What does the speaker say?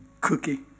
Cookie